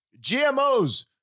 GMOs